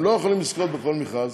הם לא יכולים לזכות בכל מכרז,